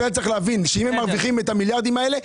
אבל בנק ישראל צריך להבין שאם הם מרוויחים את המיליארדים האלה,